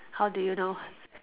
how do you know